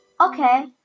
Okay